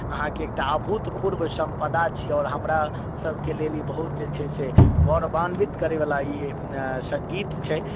अहाँके एकटा अभूतपूर्व सम्पदा छै आओर हमरासभके लेल ई बहुत जे छै से गौरवान्वित करयवला ई सङ्गीत छै